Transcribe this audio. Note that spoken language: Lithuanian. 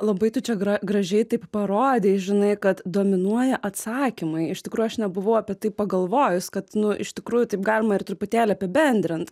labai tu čia gra gražiai taip parodei žinai kad dominuoja atsakymai iš tikrųjų aš nebuvau apie tai pagalvojus kad nu iš tikrųjų taip galima ir truputėlį apibendrint